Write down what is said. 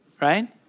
right